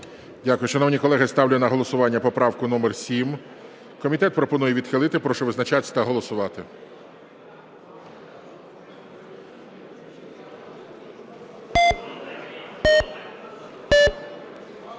Дякую. Шановні колеги, ставлю на голосування поправку номер 7. Комітет пропонує відхилити. Прошу визначатися та голосувати.